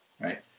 right